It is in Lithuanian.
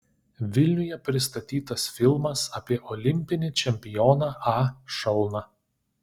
vilniuje pristatytas filmas apie olimpinį čempioną a šalną